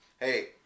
Hey